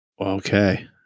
Okay